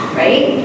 right